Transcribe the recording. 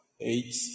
eight